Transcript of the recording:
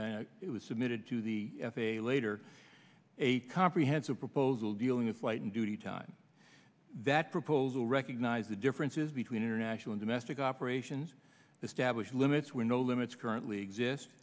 be it was submitted to the f a a later a comprehensive proposal dealing with flight and duty time that proposal recognize the differences between international domestic operations established limits were no limits current exist